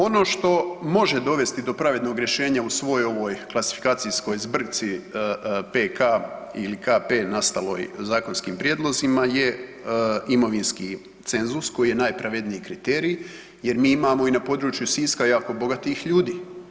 Ono što može dovesti do pravednog rješenja u svoj ovoj klasifikacijskoj zbrci PK ili KP nastaloj zakonskim prijedlozima je imovinski cenzus koji je najpravedniji kriterij jer mi imamo i na području Siska jako bogatih ljudi.